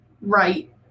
right-